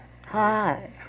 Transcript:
Hi